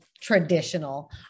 traditional